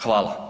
Hvala.